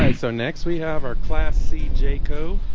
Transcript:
and so next we have our class cj cove